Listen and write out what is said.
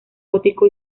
gótico